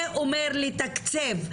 זה אומר לתקצב,